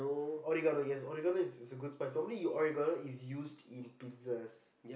oregano yes oregano is is a good spice normally you oregano is used in pizzas